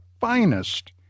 finest